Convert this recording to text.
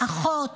אחות,